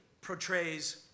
portrays